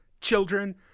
children